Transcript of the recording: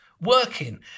working